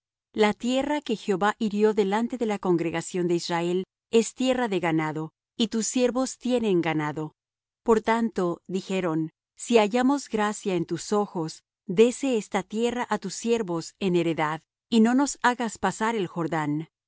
la tierra que jehová hirió delante de la congregación de israel es tierra de ganado y tus siervos tienen ganado por tanto dijeron si hallamos gracia en tus ojos dése esta tierra á tus siervos en heredad y no nos hagas pasar el jordán